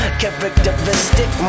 characteristic